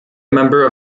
member